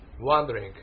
Wondering